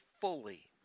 fully